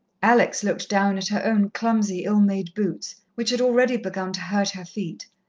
alex looked down at her own clumsy, ill-made boots, which had already begun to hurt her feet,